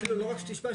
לא רק שתשמע,